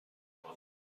کنم